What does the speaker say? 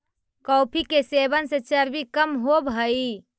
coffee के सेवन से चर्बी कम होब हई